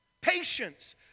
Patience